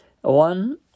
One